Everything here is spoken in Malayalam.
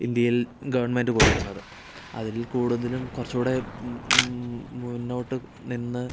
ഇന്ത്യയിൽ ഗവൺമെൻറ് കൊടുക്കുന്നത് അതിൽ കൂടുതലും കുറച്ചുടെ മുന്നോട്ടുനിന്ന്